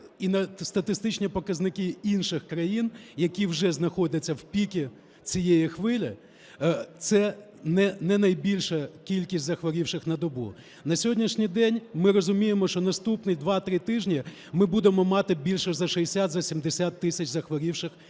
і на статистичні показники інших країн, які вже знаходяться на піку цієї хвилі, це не найбільша кількість захворівших на добу. На сьогоднішній день ми розуміємо, що наступні два-три тижні ми будемо мати більше за 60, за 70 тисяч захворівших